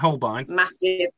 massive